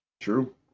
True